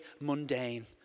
mundane